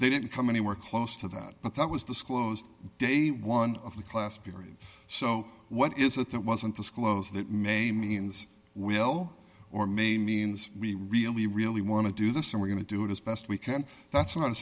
they didn't come anywhere close to that but that was disclosed day one of the class period so what is it that wasn't disclosed that may mean this will or maybe means we really really want to do this and we're going to do it as best we can that's